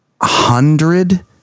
hundred